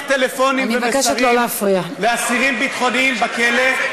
טלפונים ומסרים לאסירים ביטחוניים בכלא,